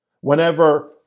Whenever